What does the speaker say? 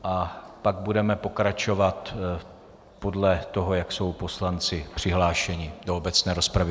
A pak budeme pokračovat podle toho, jak jsou poslanci přihlášeni do obecné rozpravy.